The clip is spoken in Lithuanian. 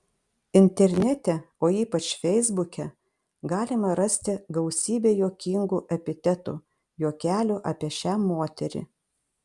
internete o ypač feisbuke galima rasti gausybę juokingų epitetų juokelių apie šią moterį